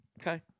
Okay